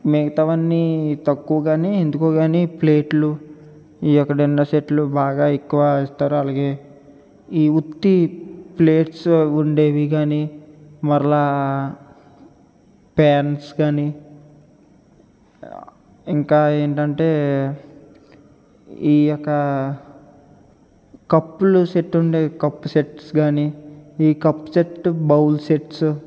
మిగతావన్నీ తక్కువగానే ఎందుకో కానీ ప్లేట్లు ఈయొక్క డిన్నర్ సెట్లు బాగా ఎక్కువ ఇస్తారు అలాగే ఈ ఉత్తి ప్లేట్స్ ఉండేవి కానీ మరలా ప్యాన్స్ కానీ ఇంకా ఏంటంటే ఈయొక్క కప్పులు సెట్ ఉండే కప్పు సెట్స్ కానీ ఈ కప్ సెట్ బౌల్ సెట్స్